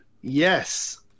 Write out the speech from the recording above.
Yes